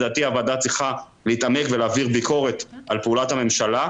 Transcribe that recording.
לדעתי הוועדה צריכה להתעמק ולהעביר ביקורת על פעולת הממשלה,